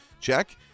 check